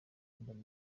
muri